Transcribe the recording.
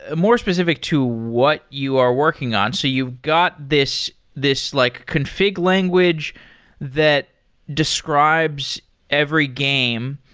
ah more specific to what you are working on. so you've got this this like config language that describes every game.